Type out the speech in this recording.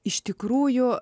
iš tikrųjų